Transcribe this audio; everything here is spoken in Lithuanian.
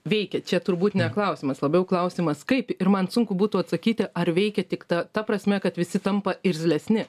veikia čia turbūt ne klausimas labiau klausimas kaip ir man sunku būtų atsakyti ar veikia tik ta ta prasme kad visi tampa irzlesni